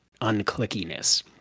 unclickiness